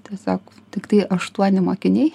tiesiog tiktai aštuoni mokiniai